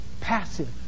passive